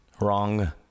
Wrong